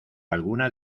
alguna